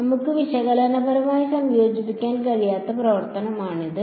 അതിനാൽ നമുക്ക് വിശകലനപരമായി സംയോജിപ്പിക്കാൻ കഴിയാത്ത പ്രവർത്തനമാണിത്